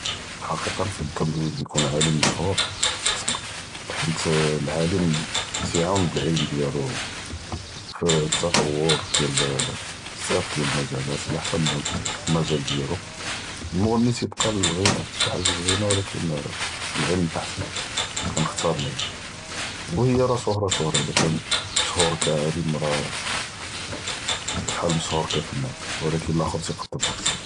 פאלחקיקה נفضل נכון עלם משהור, חית אלעאלם תאיעאונ באלעלם דיאלו פאתטוור דיאל בזאף דיאל אלמג'אלאת עלא חסאב אלמג'אל דיאלו, אלמגני תיבקא ללמגרב שי حاجة זווינה ולכין לללא, אלעעלם אחלסן כאנכתאר אלעעלם, והי רא סורה סורה, לי משהור כעלם רא פחאל אלמשהור כפנאן. ולכין.